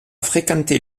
fréquenté